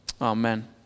Amen